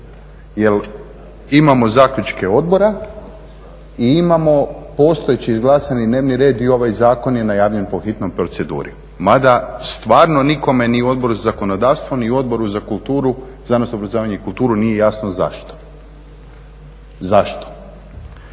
Jel imamo zaključke odbora i imamo postojeći izglasani dnevni red i ovaj zakon je najavljen po hitnoj proceduri mada stvarno nikome ni u Odboru za zakonodavstvo ni u Odboru za znanost, obrazovanje i kulturu nije jasno zašto. Zašto.